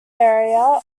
area